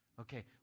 Okay